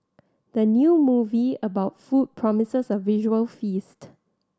the new movie about food promises a visual feast